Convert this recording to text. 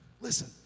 listen